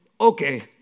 okay